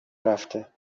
رفته